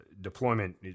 deployment